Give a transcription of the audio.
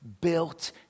built